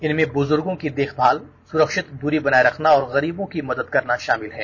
इनमें ब्जूर्गों की देखभाल सुरक्षित दूरी बनाए रखना और गरीबों की मदद करना शामिल है